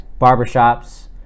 barbershops